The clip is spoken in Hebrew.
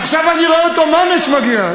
עכשיו אני רואה אותו ממש מגיע.